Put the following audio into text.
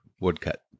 woodcut